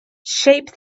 shape